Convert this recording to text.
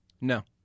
No